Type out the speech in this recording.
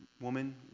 woman